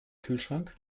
kühlschrank